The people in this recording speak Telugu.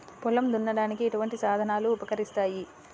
పొలం దున్నడానికి ఎటువంటి సాధనలు ఉపకరిస్తాయి?